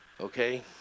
Okay